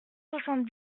soixante